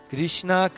Krishna